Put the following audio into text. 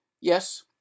yes